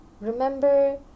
remember